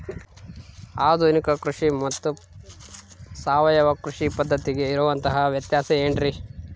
ಆಧುನಿಕ ಕೃಷಿ ಪದ್ಧತಿ ಮತ್ತು ಸಾವಯವ ಕೃಷಿ ಪದ್ಧತಿಗೆ ಇರುವಂತಂಹ ವ್ಯತ್ಯಾಸ ಏನ್ರಿ?